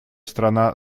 страна